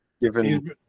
Given